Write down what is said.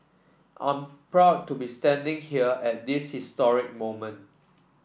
I'm proud to be standing here at this history moment